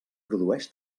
produeix